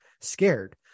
scared